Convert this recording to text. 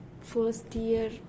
first-year